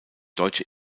deutsche